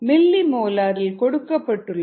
milli molar இல் கொடுக்கப்பட்டுள்ளது எனவே 0